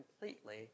completely